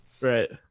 Right